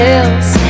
else